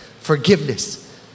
Forgiveness